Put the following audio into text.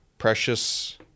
precious